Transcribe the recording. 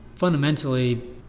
fundamentally